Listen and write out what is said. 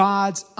God's